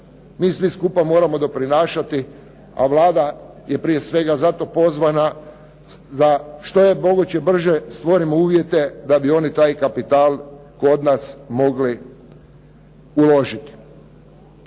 Mi svi skupa moramo doprinašati, a Vlada je prije svega zato pozvana da što je moguće brže stvorimo uvjete da bi oni taj kapital kod nas mogli uložiti.